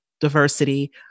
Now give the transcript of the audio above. diversity